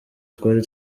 twari